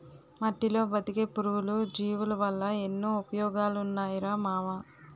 మట్టిలో బతికే పురుగులు, జీవులవల్ల ఎన్నో ఉపయోగాలున్నాయిరా మామా